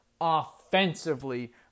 offensively